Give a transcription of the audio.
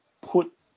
put